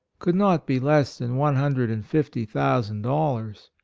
could not be less than one hundred and fifty thousand dollars.